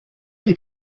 many